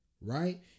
right